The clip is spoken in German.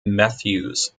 matthews